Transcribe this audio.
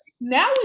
Now